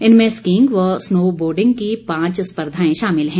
इनमें स्कींग व snowboarding की पांच स्पर्धाए शामिल हैं